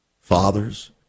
Fathers